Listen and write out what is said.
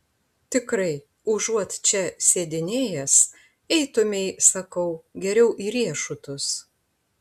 tikrai užuot čia sėdinėjęs eitumei sakau geriau į riešutus